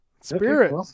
Spirit